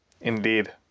Indeed